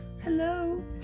hello